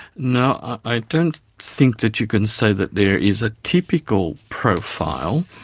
no. i don't think that you can say that there is a typical profile.